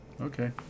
Okay